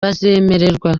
bazemererwa